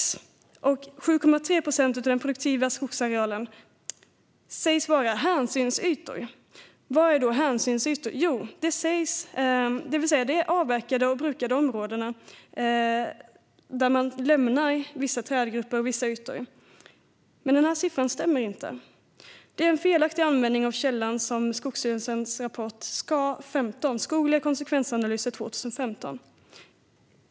7,3 procent av den produktiva skogsarealen sägs vara hänsynsytor. Vad är då hänsynsytor? Jo, det är avverkade och brukade områden där man lämnat vissa trädgrupper och vissa ytor. Men den här siffran stämmer inte. Det är en felaktig användning av källan Skogsstyrelsens rapport SKA 15 - skogliga konsekvensanalyser 2015 .